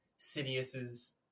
Sidious's